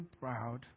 proud